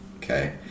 Okay